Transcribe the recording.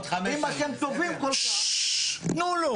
אם אתם טובים כל כך תנו לו.